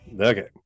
okay